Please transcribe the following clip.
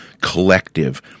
collective